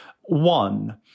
One